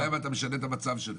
השאלה אם אתה משנה את המצב שלהם?